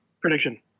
Prediction